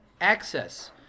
access